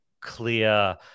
clear